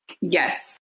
yes